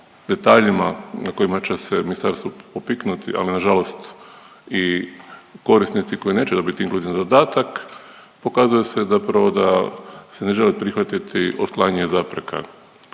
detaljima na kojima će se ministarstvo popiknuti, al nažalost i korisnici koji neće dobiti inkluzivni dodatak pokazuje se da se ne želi prihvatiti otklanjanje zapreka.